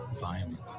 violent